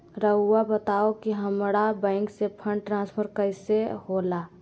राउआ बताओ कि हामारा बैंक से फंड ट्रांसफर कैसे होला?